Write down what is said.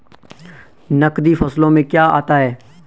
नकदी फसलों में क्या आता है?